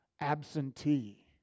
absentee